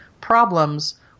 problems